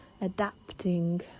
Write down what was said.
adapting